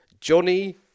Johnny